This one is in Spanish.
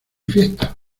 fiesta